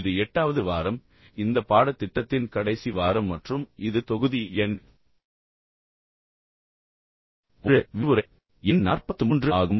இது எட்டாவது வாரம் இந்த பாடத்திட்டத்தின் கடைசி வாரம் மற்றும் இது தொகுதி எண் 1 விரிவுரை எண் 43 ஆகும்